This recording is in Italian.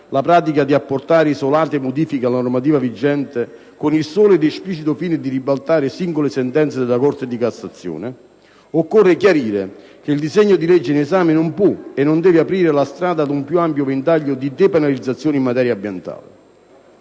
la pratica di apportare isolate modifiche alla normativa vigente con il solo ed esplicito fine di ribaltare singole sentenze della Corte di cassazione, occorre chiarire che il disegno di legge in esame non può e non deve aprire la strada ad un più ampio ventaglio di depenalizzazioni in materia ambientale.